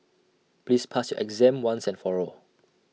please pass your exam once and for all